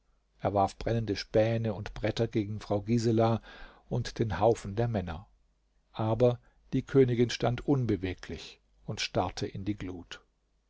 er warf brennende späne und bretter gegen frau gisela und den haufen der männer aber die königin stand unbeweglich und starrte in die glut